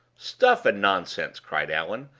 stuff and nonsense! cried allan.